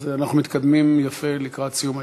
אז אנחנו מתקדמים יפה לקראת סיום הישיבה.